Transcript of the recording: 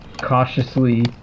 cautiously